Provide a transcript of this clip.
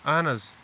اَہن حظ